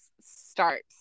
start